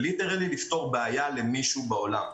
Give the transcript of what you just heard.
זה לפתור בעיה למישהו בעולם.